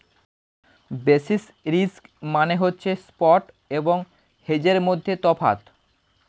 basis risk মানে হচ্ছে spot এবং হেজের মধ্যে তফাৎ